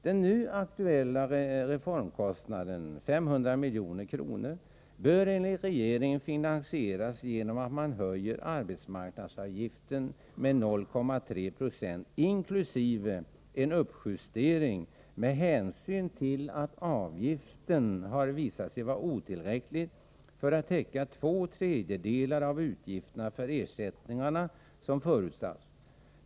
Den nu aktuella reformkostnaden, 500 milj.kr., bör enligt regeringen finansieras genom att man höjer arbetsmarknadsavgiften med 0,3 96 inkl. en uppjustering med hänsyn till att avgiften har visat sig vara otillräcklig för att täcka två tredjedelar av utgifterna för ersättningarna såsom förutsatts.